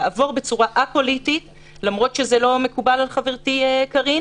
לעבוד בצורה א-פוליטית למרות שזה לא מקובל על חברתי קארין